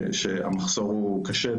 שהמחסור הוא קשה,